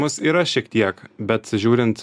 mus yra šiek tiek bet žiūrint